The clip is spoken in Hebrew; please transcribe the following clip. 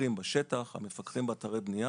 המפקחים בשטח ובאתרי הבנייה.